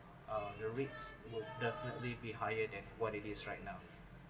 uh the risks would definitely be higher than what it is right now